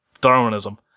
Darwinism